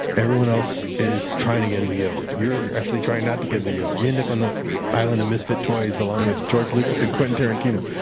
everyone else is trying to get in the guild. you're actually trying not to get in the guild. you end up on the island of misfit toys along with george lucas and quentin tarantino.